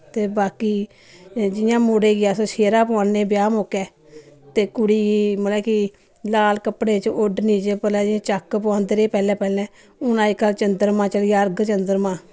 ते बाकी एह् जि'यां मुड़े गी अस सेह्रा पोआन्ने ब्याह् मोकै ते कुड़ी गी मतलब कि लाल कपड़े च ओढनी च भला जे चक्क पोआंदे रेह् पैह्लें पैह्लें हून अजकल चन्दरमां चली पे अर्ध चन्दरमां